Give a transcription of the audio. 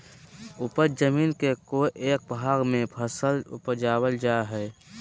उपज जमीन के कोय एक भाग में फसल उपजाबल जा हइ